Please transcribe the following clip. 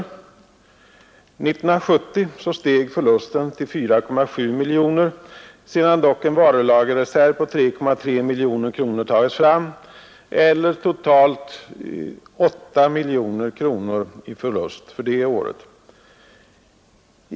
År 1970 steg förlusten till 4,7 miljoner, sedan en varulagerreserv på 3,3 miljoner kronor tagits fram; totalt blev alltså förlusten 8 miljoner.